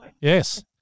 Yes